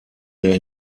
der